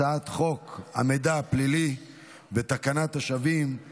אני קובע כי הצעת חוק איסור לכידת בעלי חיים באמצעות מלכודות,